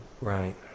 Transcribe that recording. Right